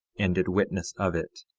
and did witness of it,